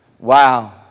Wow